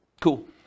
Cool